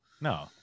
No